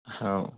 हो